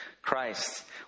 christ